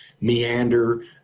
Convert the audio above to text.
meander